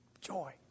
Joy